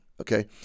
okay